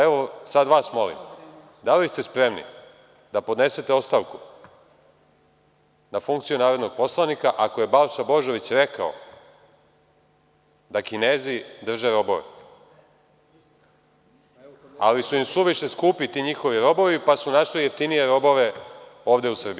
Evo, sada vas molim, da li ste spremni da podnesete ostavku na funkciju narodnog poslanika ako je Balša Božović rekao da Kinezi drže robove ali su im suviše skupi ti njihovi robovi, pa su našli jeftinije robove ovde u Srbiji?